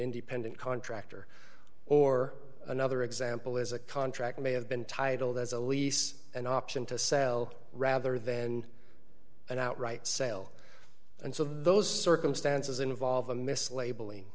independent contractor or another example is a contract may have been titled as a lease an option to sell rather than an outright sale and so those circumstances involve a mislabeling